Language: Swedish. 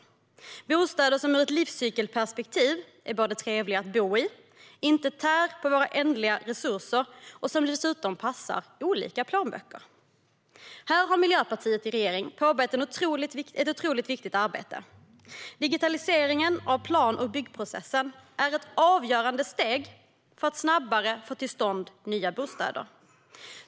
Det ska vara bostäder som ur ett livscykelperspektiv är trevliga att bo i, som inte tär på våra begränsade resurser och som dessutom passar olika plånböcker. Här har Miljöpartiet i regeringsställning påbörjat ett otroligt viktigt arbete. Digitaliseringen av plan och byggprocessen är ett avgörande steg för att snabbare få till stånd nya bostäder.